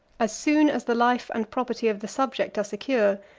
as soon as the life and property of the subject are secure,